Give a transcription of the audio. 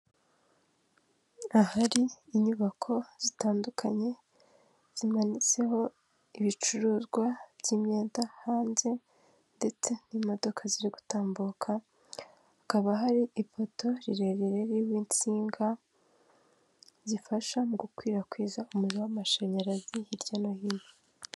Ahari inyubako zitandukanye zimanitseho ibicuruzwa by'imyenda hanze ndetse n'imodoka ziri gutambuka hakaba hari ipoto rirerire hariho insinga, zifasha mu gukwirakwiza umuriro w'amashanyarazi hirya no hino.